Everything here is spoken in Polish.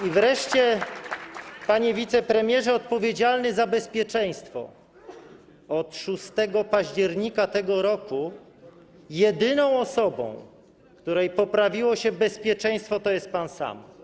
I wreszcie, panie wicepremierze odpowiedzialny za bezpieczeństwo, od 6 października tego roku jedyną osobą, której poprawiło się bezpieczeństwo, to jest pan sam.